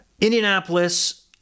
Indianapolis